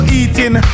eating